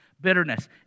Bitterness